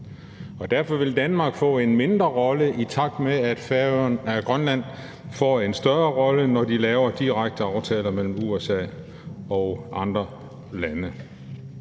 Derfor vil Danmark få en mindre rolle, i takt med at Grønland får en større rolle, når de laver direkte aftaler med USA og andre lande.